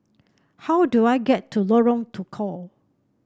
how do I get to Lorong Tukol